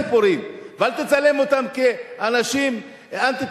אל תבדה סיפורים ואל תצלם אותם כאנשים אנטי-תרבותיים.